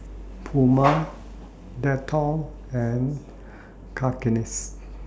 Puma Dettol and Cakenis